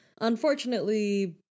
Unfortunately